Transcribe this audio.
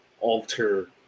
alter